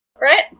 Right